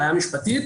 בעיה משפטית,